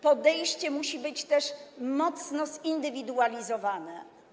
Podejście musi być tu też mocno zindywidualizowane.